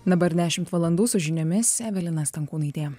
dabar dešimt valandų su žiniomis evelina stankūnaitė